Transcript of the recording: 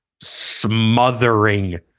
smothering